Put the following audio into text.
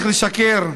יש, ויש חקירות,